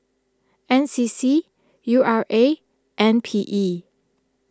N C C U R A and P E